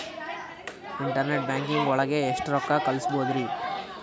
Internet banking ಒಳಗೆ ಎಷ್ಟ್ ರೊಕ್ಕ ಕಲ್ಸ್ಬೋದ್ ರಿ?